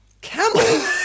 Camel